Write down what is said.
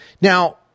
Now